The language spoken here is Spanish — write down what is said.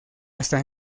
hasta